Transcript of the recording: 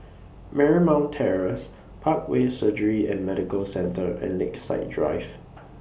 Marymount Terrace Parkway Surgery and Medical Centre and Lakeside Drive